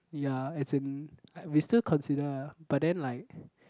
ya as in we still consider uh but then like